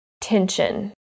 tension